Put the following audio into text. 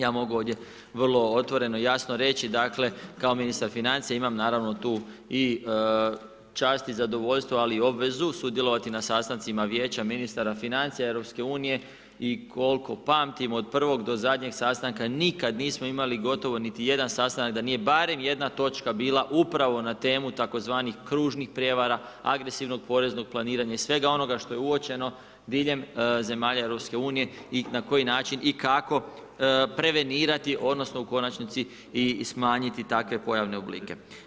Ja mogu ovdje, vrlo otvoreno, jasno reći, dakle, kao ministar financija, imam naravno tu čast i zadovoljstvo ali i obvezu sudjelovati na sastancima vijeća ministara financija EU i koliko pamtim od prvog do zadnjeg sastanka, nikada nismo imali, gotovo niti jedan sastanak, da nije barem jedna točka bila upravo na temu tzv. kružnih prijevara, agresivnog poreznog planiranja i svega onoga što je uočeno diljem zemalja EU i na koji način i kako prevenirati, odnosno, u konačnici i smanjiti takve pojavne oblike.